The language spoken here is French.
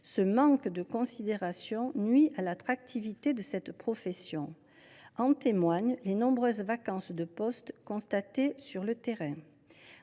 Ce manque de considération nuit à l’attractivité de cette profession, comme en témoignent les nombreuses vacances de postes constatées sur le terrain.